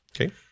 Okay